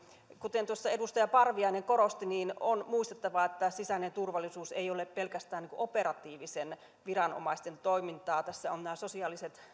kuten edustaja parviainen korosti on muistettava että sisäinen turvallisuus ei ole pelkästään operatiivisten viranomaisten toimintaa tässä ovat nämä sosiaaliset